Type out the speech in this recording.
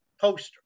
poster